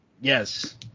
Yes